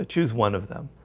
ah choose one of them